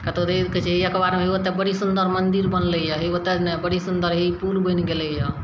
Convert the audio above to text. कतहु रविके जे हे अखबारमे ओतए बड़ी सुन्दर मन्दिर बनलै यऽ हे ओतए बड़ी सुन्दर हे ई पुल बनि गेलै यऽ